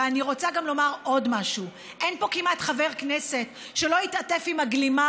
ואני רוצה לומר עוד משהו: אין פה כמעט חבר כנסת שלא התעטף בגלימה